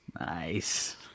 nice